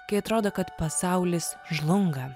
kai atrodo kad pasaulis žlunga